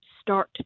start